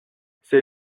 ces